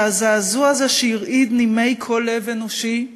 שהזעזוע הזה, שהרעיד נימי כל לב אנושי,